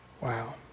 Wow